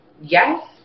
yes